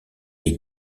les